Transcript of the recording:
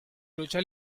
lucha